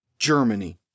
Germany